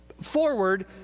forward